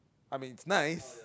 I mean nice